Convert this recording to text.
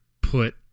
put